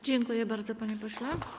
Dziękuję bardzo, panie pośle.